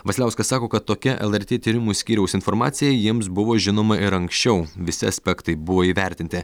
vasiliauskas sako kad tokia lrt tyrimų skyriaus informacija jiems buvo žinoma ir anksčiau visi aspektai buvo įvertinti